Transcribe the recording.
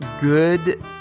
good